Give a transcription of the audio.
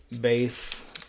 base